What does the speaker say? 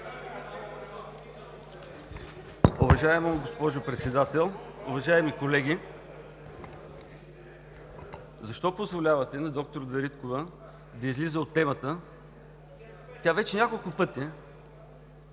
Уважаема госпожо Председател, уважаеми колеги! Защо позволявате на доктор Дариткова да излиза от темата? Тя вече няколко пъти